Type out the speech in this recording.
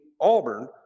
Auburn